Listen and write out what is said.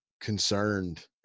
concerned